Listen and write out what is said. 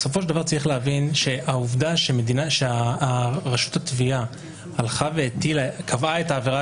עצם העובדה שרשות התביעה קבעה את העבירה